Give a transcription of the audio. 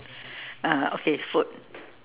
ah okay food